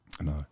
No